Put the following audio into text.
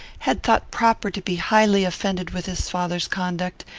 had thought proper to be highly offended with his father's conduct,